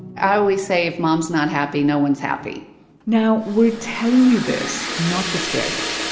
i always say if mom's not happy, no one's happy now, we're telling you this not to scare you.